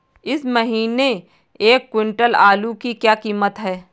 इस महीने एक क्विंटल आलू की क्या कीमत है?